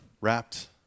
wrapped